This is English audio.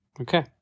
okay